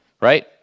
Right